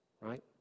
right